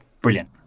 Brilliant